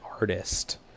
artist